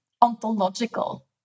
ontological